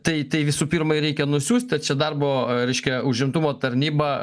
tai tai visų pirma ir reikia nusiųst o čia darbo reiškia užimtumo tarnyba